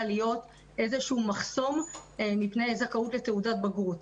להוות מחסום מפני קבלת תעודת בגרות.